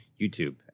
YouTube